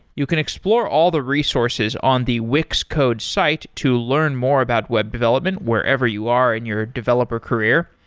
you can explore all the resources on the wix code's site to learn more about web development wherever you are in your developer career.